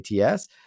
ATS